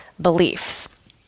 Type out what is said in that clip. beliefs